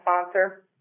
sponsor